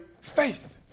faith